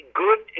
good